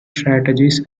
strategies